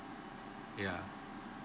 yeah